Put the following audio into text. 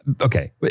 Okay